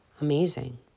Amazing